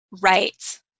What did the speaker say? Right